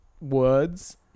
words